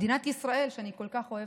מדינת ישראל שאני כל כך אוהבת.